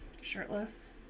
shirtless